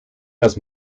las